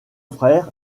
frère